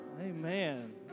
Amen